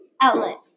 Outlet